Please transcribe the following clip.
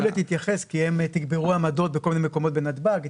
יוליה תתייחס כי הם תגברו עמדות בכל מיני מקומות בנתב"ג.